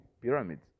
pyramids